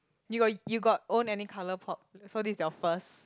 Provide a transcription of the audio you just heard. you got you got own any color pop so this is your first